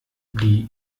die